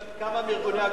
גם כמה מארגוני הגברים.